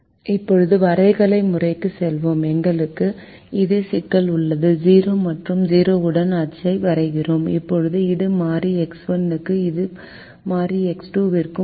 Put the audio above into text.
இப்போது வரைகலை முறைக்கு செல்வோம் எங்களுக்கு அதே சிக்கல் உள்ளது 0 மற்றும் 0 உடன் அச்சை வரைகிறோம் இப்போது இது மாறி X1 க்கும் இது மாறி X2 க்கும் உள்ளது